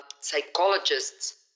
psychologists